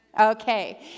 Okay